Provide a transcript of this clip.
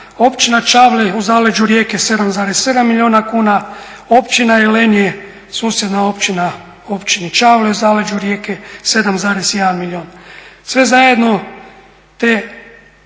općina Čavle u zaleđu Rijeke 7,7 milijuna kuna, općina Jelenje susjedna općine općini Čavle u zaleđu Rijeke 7,1 milijun, sve zajedno te